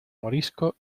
morisco